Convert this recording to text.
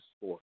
sport